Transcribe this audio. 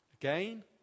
Again